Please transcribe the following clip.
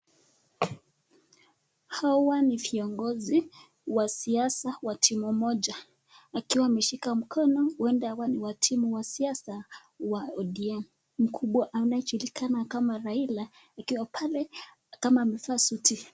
Hawa ni viongozi wa siasa wa timu moja, akiwa ameshika mkono huenda hawa ni wa timu wa siasa wa ODM.Mkubwa anajulikana kama Raila, akiwa pale kama amevaa suti.